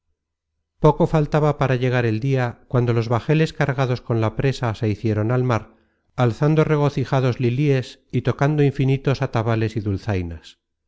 poco faltaba para llegar el dia cuando los bajeles cargados con la presa se hicieron al mar alzando regocijados lilies y tocando infinitos atabales y dulzainas y en